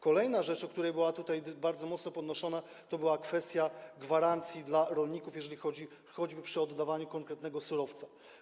Kolejna rzecz, która była tutaj bardzo mocno podnoszona, to była kwestia gwarancji dla rolników, jeżeli chodzi choćby o oddawanie konkretnego surowca.